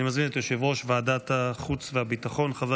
אני מזמין את יושב-ראש ועדת החוץ והביטחון חבר